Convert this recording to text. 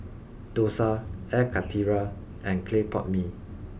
Dosa Air Karthira and Clay Pot Mee